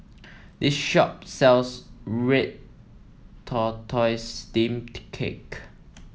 this shop sells Red Tortoise Steamed Cake